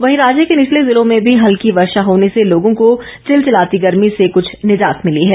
वहीं राज्य के निचले जिलों में भी हल्की वर्षा होने से लोगों को चिलचिलाती गर्मी से कुछ निजात मिली है